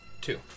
two